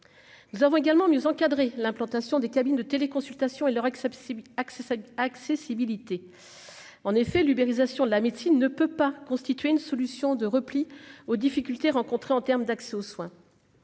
nous avons également mieux encadrer l'implantation des cabines de téléconsultation et leur axe ça accessibilité en effet l'uberisation de la médecine ne peut pas constituer une solution de repli aux difficultés rencontrées en termes d'accès aux soins